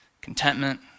contentment